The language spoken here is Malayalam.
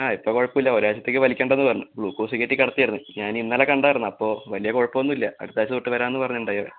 ആ ഇപ്പം കുഴപ്പമില്ല ഒരാഴ്ച്ചത്തേക്ക് വലിക്കണ്ടന്ന് പറഞ്ഞു ഗ്ളൂക്കോസ്സ് കയറ്റികിടത്തിയാരുന്നു ഞാനിന്നലെ കണ്ടായിരുന്നു അപ്പോൾ വലിയ കുഴപ്പമൊന്നുവില്ല അടുത്താഴ്ച്ച തൊട്ട് വരാന്ന് പറഞ്ഞുണ്ടായി അവൻ